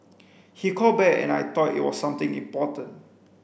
he called back and I thought it was something important